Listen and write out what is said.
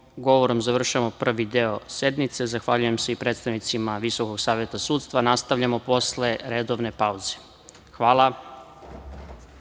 govorom završavamo prvi deo sednice. Zahvaljujem se i predstavnicima Visokog saveta sudstva. Nastavljamo posle redovne pauze. Hvala.(Posle